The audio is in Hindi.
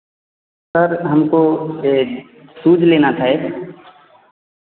सर हमको एक शूज लेना था एक